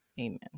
Amen